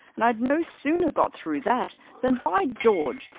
and i'd no sooner got through that than, by george!